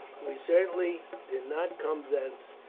we certainly did not come thence,